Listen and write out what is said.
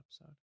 episode